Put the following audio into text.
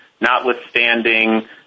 notwithstanding